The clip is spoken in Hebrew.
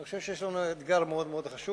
אני חושב שיש לנו אתגר מאוד חשוב,